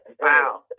Wow